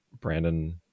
brandon